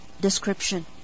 description